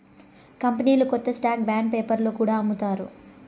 కంపెనీలు కొత్త stock bond పేపర్లో కూడా అమ్ముతారు